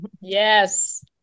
Yes